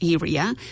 area